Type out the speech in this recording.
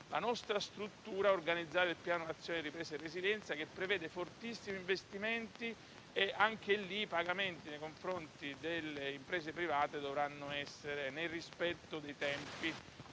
la nostra struttura e organizzare il Piano nazionale di ripresa e resilienza, che prevede fortissimi investimenti; anche lì i pagamenti nei confronti delle imprese private dovranno avvenire nel rispetto dei tempi